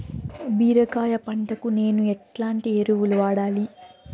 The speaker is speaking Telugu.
బీరకాయ పంటకు నేను ఎట్లాంటి ఎరువులు వాడాలి?